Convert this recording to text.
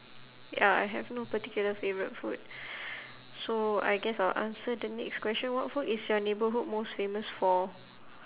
ya I have no particular favourite food so I guess I'll answer the next question what food is your neighbourhood most famous for